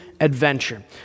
adventure